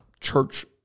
church